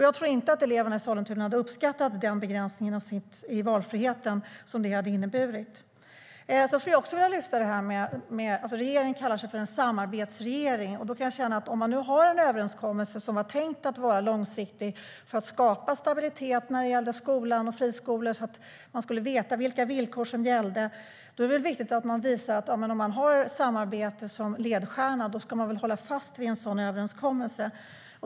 Jag tror inte att eleverna i Sollentuna hade uppskattat den begränsning av valfriheten som det hade inneburit. Regeringen kallar sig för en samarbetsregering. Då kan jag känna en sak. Om man nu har en överenskommelse som var tänkt att vara långsiktig för att skapa stabilitet när det gäller skolan och friskolor så att vi vet vilka villkor som gäller är det väl viktigt att man, om man har samarbete som ledstjärna, håller fast vid en sådan överenskommelse.